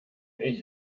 ich